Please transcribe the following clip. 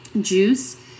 juice